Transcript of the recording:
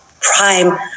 prime